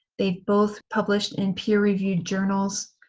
they've both published in peer-reviewed journals,